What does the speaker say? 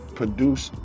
produce